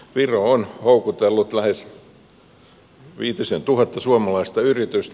viro on houkutellut viitisentuhatta suomalaista yritystä